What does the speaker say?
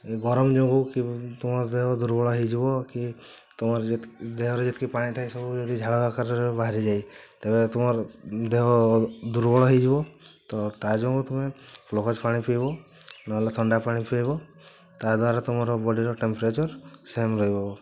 ଏଇ ଗରମ ଯୋଗୁଁ କି ତୁମ ଦେହ ଦୁର୍ବଳ ହୋଇଯିବ କି ତୁମର ଯେତକି ଦେହରେ ଯେତକି ପାଣି ଥାଏ ସବୁ ଯଦି ଝାଳ ଆକାରରେ ବାହାରିଯାଏ ତେବେ ତୁମର ଦେହ ଦୁର୍ବଳ ହୋଇଯିବ ତ ତା ଯୋଗୁଁ ତୁମେ ଗ୍ଲୁକୋଜ୍ ପାଣି ପିଇବ ନହେଲେ ଥଣ୍ଡା ପାଣି ପିଇବ ତା ଦ୍ୱାରା ତୁମର ବଡ଼ିର ଟେମ୍ପରେଚର୍ ସେମ୍ ରହିବ